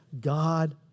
God